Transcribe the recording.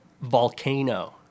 volcano